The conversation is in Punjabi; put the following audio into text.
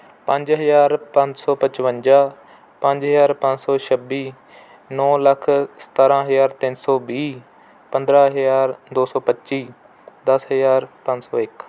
ਪੰਜ ਹਜ਼ਾਰ ਪੰਜ ਸੌ ਪਚਵੰਜਾ ਪੰਜ ਹਜ਼ਾਰ ਪੰਜ ਸੌ ਛੱਬੀ ਨੌਂ ਲੱਖ ਸਤਾਰਾਂ ਹਜ਼ਾਰ ਤਿੰਨ ਸੌ ਵੀਹ ਪੰਦਰਾਂ ਹਜ਼ਾਰ ਦੋ ਸੌ ਪੱਚੀ ਦਸ ਹਜ਼ਾਰ ਪੰਜ ਸੌ ਇੱਕ